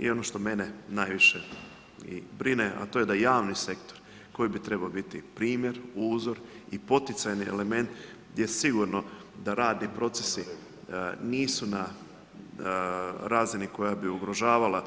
I ono što mene najviše i brine a to je da javni sektor koji bi trebao biti primjer, uzor i poticajni element gdje sigurno da radni procesi nisu na razini koja bi ugrožavala